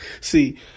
See